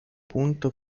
punto